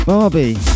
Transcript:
Barbie